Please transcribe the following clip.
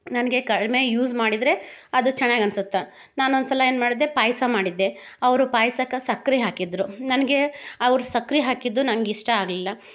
ನನಗೆ ಕಡಿಮೆ ಯೂಸ್ ಮಾಡಿದರೆ ಅದು ಚೆನ್ನಾಗಿ ಅನ್ಸುತ್ತೆ ನಾನೊಂದು ಸಲ ಏನು ಮಾಡಿದೆ ಪಾಯಸ ಮಾಡಿದ್ದೆ ಅವರು ಪಾಯ್ಸಕ್ಕೆ ಸಕ್ರೆ ಹಾಕಿದ್ದರು ನನಗೆ ಅವ್ರು ಸಕ್ರೆ ಹಾಕಿದ್ದು ನಂಗೆ ಇಷ್ಟ ಆಗಲಿಲ್ಲ